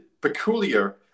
Peculiar